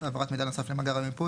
העברת מידע נוסף למאגר המיפוי,